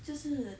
就是